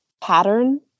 pattern